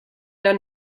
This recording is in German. der